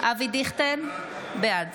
אבי דיכטר, בעד